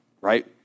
right